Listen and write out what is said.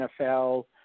NFL